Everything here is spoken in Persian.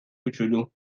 کوچولو